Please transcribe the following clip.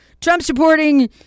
Trump-supporting